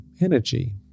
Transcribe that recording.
energy